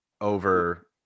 over